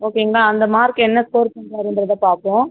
ஓகேங்களா அந்த மார்க்கு என்ன ஸ்கோர் பண்ணுறாருன்றத பார்ப்போம்